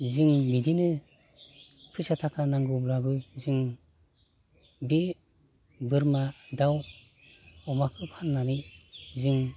जिं बिदिनो फैसा थाखा नांगौब्लाबो जों बे बोरमा दाउ अमाखो फान्नानै जों